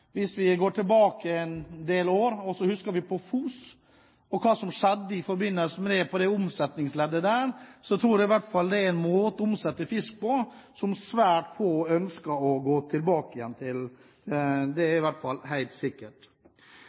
Hvis vi går tilbake en del år, husker FOS og hva som skjedde i forbindelse med det omsetningsleddet, så var det en måte å omsette fisk på som svært få ønsker å gå tilbake til. Det er i hvert fall helt sikkert.